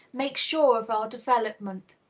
makes sure of our development.